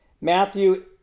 Matthew